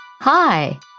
Hi